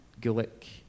Gulick